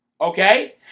Okay